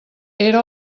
era